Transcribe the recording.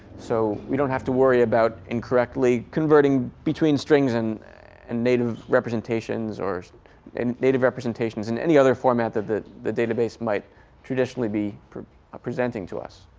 so we don't have to worry about incorrectly converting between strings and and native representations, or and native representations in any other format that the the database might traditionally be presenting to us.